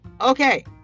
Okay